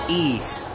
ease